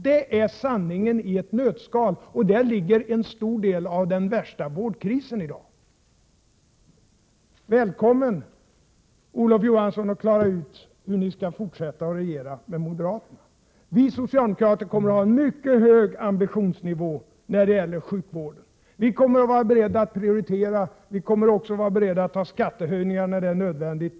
Detta är sanningen i ett nötskal, och däri ligger en stor del av orsaken till dagens vårdkris. Välkommen att klara ut hur ni skall regera ihop med moderaterna, Olof Johansson! Vi socialdemokrater kommer att ha en mycket hög ambitionsnivå när det gäller sjukvården. Vi kommer att vara beredda att prioritera och även föreslå skattehöjningar när det är nödvändigt.